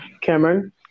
Cameron